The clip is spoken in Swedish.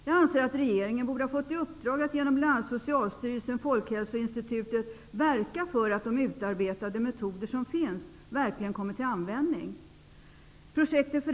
Jag anser att regeringen borde ha fått i uppdrag att genom bl.a. Socialstyrelsen/Folkhälsoinstitutet verka för att de utarbetade metoder som finns verkligen kommer till användning.